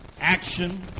action